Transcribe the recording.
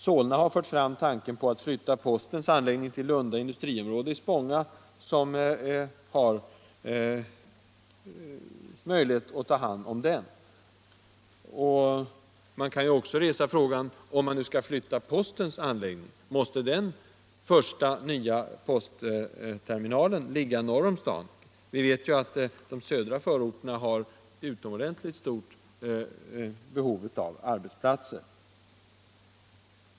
Solna har fört fram tanken på att flytta postens anläggning till Lunda industriområde i Spånga, som har möjlighet att ta hand om den. Man kan också fråga: Om man nu skall flytta postens anläggning, måste då den första nya postterminalen ligga norr om staden? Vi vet att de södra förorterna har ett utomordentligt stort behov av arbetsplatser.